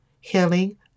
healing